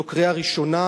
זו קריאה ראשונה,